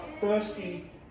thirsty